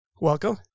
Welcome